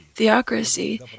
Theocracy